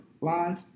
live